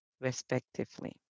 respectively